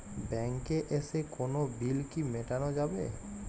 ব্যাংকে এসে কোনো বিল কি মেটানো যাবে?